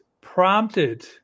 prompted